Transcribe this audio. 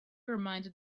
reminded